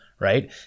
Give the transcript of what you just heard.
Right